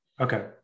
Okay